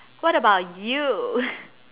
what about you